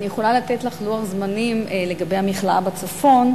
אני יכולה לתת לך לוח זמנים לגבי המכלאה בצפון,